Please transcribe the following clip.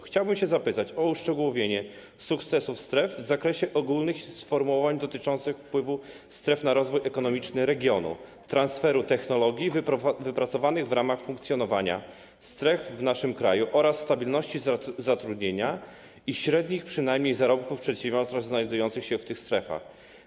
Chciałbym zapytać o uszczegółowienie sukcesu stref w zakresie ogólnych sformułowań dotyczących wpływu stref na rozwój ekonomiczny regionu, transfer technologii wypracowanych w ramach funkcjonowania stref w naszym kraju oraz o stabilność zatrudnienia i przynajmniej średnie zarobki w przedsiębiorstwach znajdujących się w tych strefach.